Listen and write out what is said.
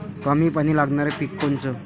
कमी पानी लागनारं पिक कोनचं?